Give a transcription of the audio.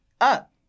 Up